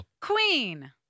Queen